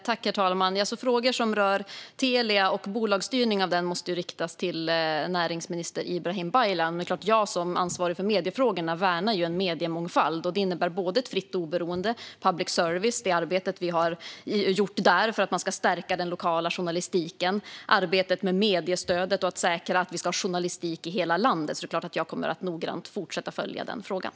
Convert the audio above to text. Herr talman! Frågor som rör Telia och bolagsstyrning måste riktas till näringsminister Ibrahim Baylan. Men det är klart att jag som ansvarig för mediefrågor värnar en mediemångfald. Det innebär bland annat en fri och oberoende public service. Vi har arbetat för att stärka den lokala journalistiken. Vi har arbetat med mediestödet för att säkra att vi har journalistik i hela landet. Det är klart att jag kommer att fortsätta att följa frågan noggrant.